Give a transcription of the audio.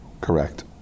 Correct